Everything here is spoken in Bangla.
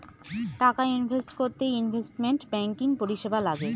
টাকা ইনভেস্ট করতে ইনভেস্টমেন্ট ব্যাঙ্কিং পরিষেবা লাগে